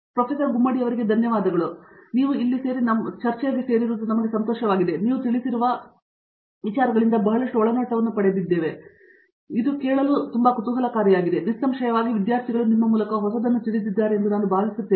professor ಗುಮ್ಮಡಿಯವರಿಗೆ ಧನ್ಯವಾದಗಳು ನೀವು ಇಲ್ಲಿ ಸೇರಲು ನಮಗೆ ಸಂತೋಷವಾಗಿದೆ ಮತ್ತು ನೀವು ತಿಳಿಸಿರುವ ಬಹಳಷ್ಟು ಒಳನೋಟವನ್ನು ನಾನು ತಿಳಿಯುತ್ತೇನೆ ನೋಡಲು ತುಂಬಾ ಕುತೂಹಲಕಾರಿಯಾಗಿದೆ ಮತ್ತು ನಿಸ್ಸಂಶಯವಾಗಿ ವಿದ್ಯಾರ್ಥಿಗಳು ನಿಮ್ಮ ಮೂಲಕ ಹೊಸದನ್ನು ತಿಳಿದಿದ್ದಾರೆ ಎಂದು ನಾನು ಭಾವಿಸುತ್ತೇನೆ